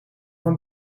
van